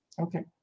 okay